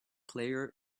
player